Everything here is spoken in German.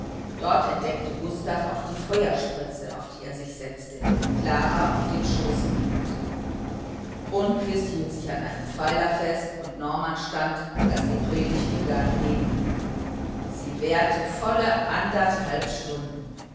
dort entdeckte gustav auch die feuerspritze auf die er sich setzte klara auf den schoß nehmend rundquist hielt sich an einem pfeiler fest und norman stand als die predigt begann neben ihm sie währte volle anderthalb stunden